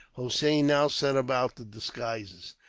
hossein now set about the disguises.